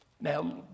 Now